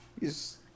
Yes